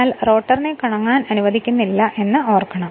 എന്നാൽ നമ്മൾ റോട്ടറിനെ കറങ്ങാൻ അനുവദിക്കുന്നില്ലായെന്ന ഓർക്കണം